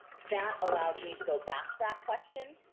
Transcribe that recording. that allows me to go back to that question.